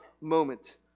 moment